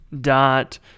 dot